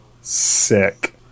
sick